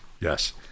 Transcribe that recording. yes